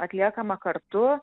atliekama kartu